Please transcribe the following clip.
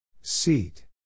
Seat